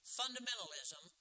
fundamentalism